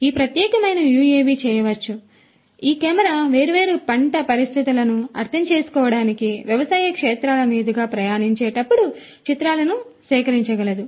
ఈ ప్రత్యేకమైన యుఎవి చెయ్యవచ్చు మరియు ఈ కెమెరా వేర్వేరు పంట పరిస్థితులను అర్థం చేసుకోవడానికి వ్యవసాయ క్షేత్రాల మీదుగా ప్రయాణించేటప్పుడు చిత్రాలను సేకరించగలదు